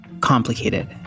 complicated